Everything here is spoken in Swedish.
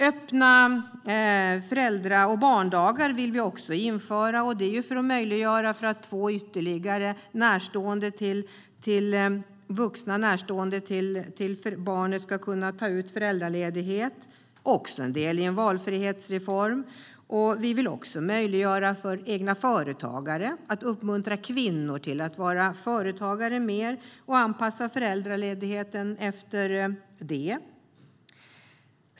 Öppna föräldra och barndagar vill vi också införa för att möjliggöra att ytterligare vuxna närstående till barnet ska kunna ta ut föräldraledighet. Det är också en del i en valfrihetsreform. Vi vill också uppmuntra kvinnor att vara egna företagare och vill att de ska kunna anpassa föräldraledigheten efter det.